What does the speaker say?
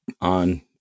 on